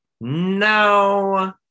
No